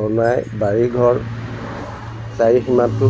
বনাই বাৰী ঘৰ চাৰিসীমাটো